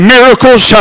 Miracles